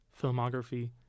filmography